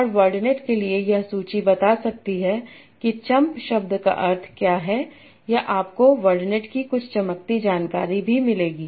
और वर्डनेट के लिए यह सूची बता सकती है कि चंप शब्द का अर्थ क्या है या आपको वर्डनेट की कुछ चमकती जानकारी भी मिलेगी